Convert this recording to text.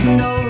no